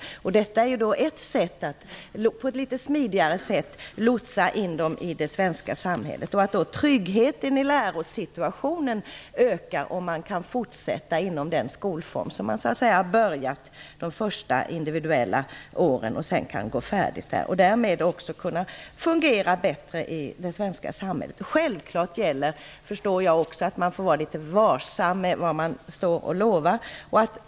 Detta skulle då kunna vara ett sätt att på ett litet smidigare sätt lotsa in dem i det svenska samhället. Tryggheten i lärosituationen ökar ju om eleverna kan fortsätta inom den skolform som de påbörjat under de första individuella åren, för att sedan fullfölja studierna. På så sätt kan de även fungera bättre i det svenska samhället. Självfallet bör man vara litet varsam med vad man lovar; det förstår jag också.